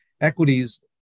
equities